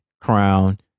crown